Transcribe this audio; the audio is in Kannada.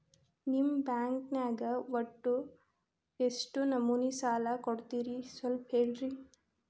ನಿಮ್ಮ ಬ್ಯಾಂಕ್ ನ್ಯಾಗ ಒಟ್ಟ ಎಷ್ಟು ನಮೂನಿ ಸಾಲ ಕೊಡ್ತೇರಿ ಸ್ವಲ್ಪ ಹೇಳ್ರಿ